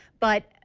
but,